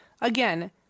Again